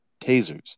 tasers